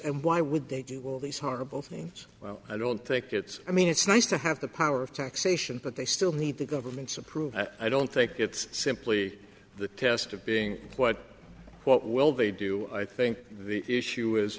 and why would they do all these horrible things well i don't think it's i mean it's nice to have the power of taxation but they still need the government's approval i don't think it's simply the test of being what what will they do i think the issue is